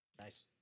Nice